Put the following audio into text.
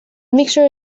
mixture